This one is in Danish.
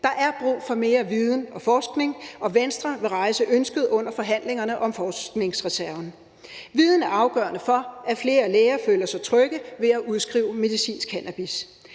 Der er brug for mere viden og forskning, og Venstre vil rejse ønsket under forhandlingerne om forskningsreserven. Viden er afgørende for, at flere læger føler sig trygge ved at udskrive medicinsk cannabis.